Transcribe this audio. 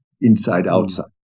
inside-outside